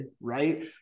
right